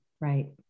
Right